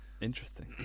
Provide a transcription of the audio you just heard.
interesting